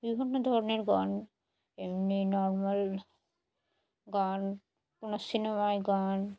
বিভিন্ন ধরনের গান এমনি নর্মাল গান কোনো সিনেমায় গান